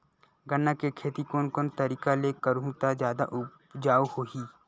गन्ना के खेती कोन कोन तरीका ले करहु त जादा उपजाऊ होही?